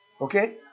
Okay